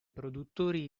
produttori